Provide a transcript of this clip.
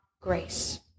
grace